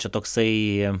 čia toksai